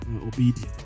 obedient